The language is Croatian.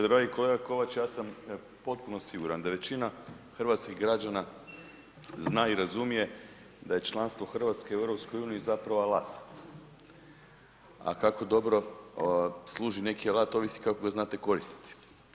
Pa dragi kolega Kovača ja sam potpuno siguran da većina hrvatskih građana zna i razumije da je članstvo Hrvatske u EU zapravo alat, a kako dobro služi neki alat ovisi kako ga znate koristiti.